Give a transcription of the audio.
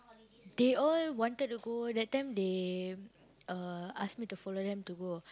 they all wanted to go that time they uh ask me to follow them to go